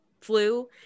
flu